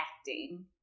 acting